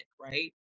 right